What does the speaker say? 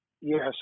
Yes